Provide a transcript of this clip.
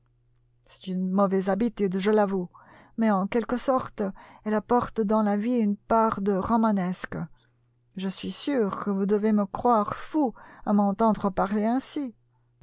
c'est une mauvaise habitude je l'avoue mais en quelque sorte elle apporte dans la vie une part de romanesque je suis sûr que vous devez me croire fou à m'entendre parler ainsi